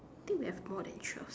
think we have more than twelve